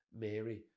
Mary